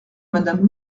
madame